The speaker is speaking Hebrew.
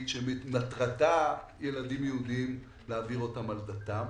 שמטרתה להעביר ילדים יהודים על דתם.